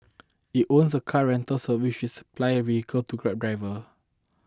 it owns a car rental service which supplies vehicles to grab drivers